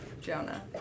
Jonah